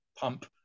pump